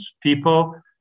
people